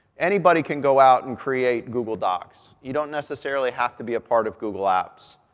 anybody can go out and create google docs. you don't necessarily have to be a part of google apps.